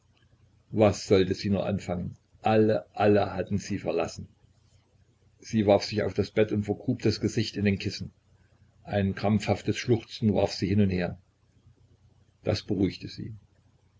was sollte sie nur anfangen alle alle hatten sie verlassen sie warf sich auf das bett und vergrub das gesicht in die kissen ein krampfhaftes schluchzen warf sie hin und her das beruhigte sie